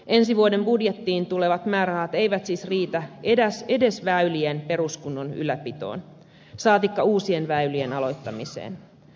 ensi vuoden budjettiin tulevat määrärahat eivät siis riitä edes väylien peruskunnon ylläpitoon saatikka uusien väylien aloittamiseen